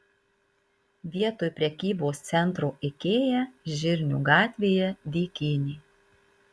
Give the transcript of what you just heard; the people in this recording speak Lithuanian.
vietoj prekybos centro ikea žirnių gatvėje dykynė